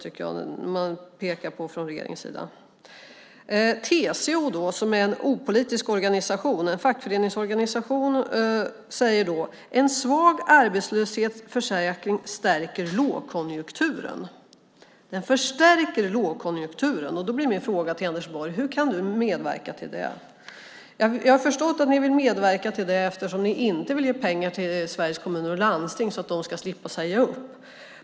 TCO, som är en opolitisk fackföreningsorganisation, säger: En svag arbetslöshetsförsäkring förstärker lågkonjunkturen. Då blir min fråga till Anders Borg: Hur kan du medverka till det? Jag har förstått att ni vill medverka till det eftersom ni inte vill ge pengar till Sveriges Kommuner och Landsting så att de ska slippa säga upp personal.